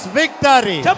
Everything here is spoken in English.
victory